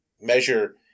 measure